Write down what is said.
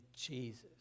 Jesus